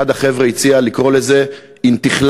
אחד החבר'ה הציע לקרוא לזה "אינתיחללה",